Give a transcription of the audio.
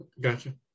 Gotcha